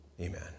Amen